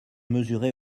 mesuré